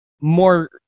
more